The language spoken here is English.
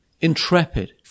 intrepid